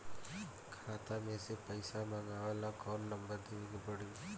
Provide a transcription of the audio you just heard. खाता मे से पईसा मँगवावे ला कौन नंबर देवे के पड़ी?